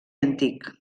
antic